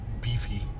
beefy